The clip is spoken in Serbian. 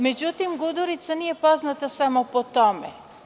Međutim, Gudurica nije poznata samo po tome.